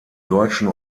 deutschen